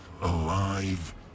alive